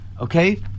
okay